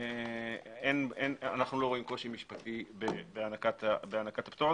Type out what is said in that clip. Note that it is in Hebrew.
אנחנו לא רואים קושי משפטי בהענקת הפטור.